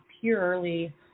purely